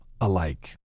alike